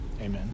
amen